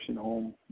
home